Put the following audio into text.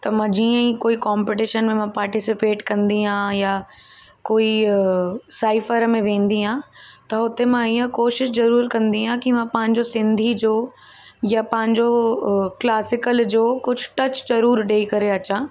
त मां जीअं ई कोई कॉम्पटीशन में मां पार्टीसिपेट कंदी आहियां या कोई साइफ़र में वेंदी आहियां त हुते मां हीअं कोशिश ज़रूरु कंदी आहियां कि मां पंहिंजो सिंधी जो या पंहिंजो क्लासिकल जो कुझु टच ज़रूरु ॾेई करे अचां